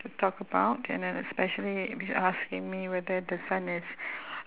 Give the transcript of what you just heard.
to talk about and then especially asking me whether the son is